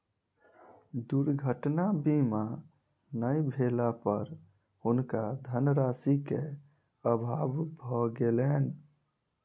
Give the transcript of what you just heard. दुर्घटना बीमा नै भेला पर हुनका धनराशि के अभाव भ गेलैन